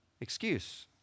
excuse